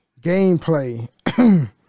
gameplay